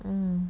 mm